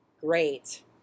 Great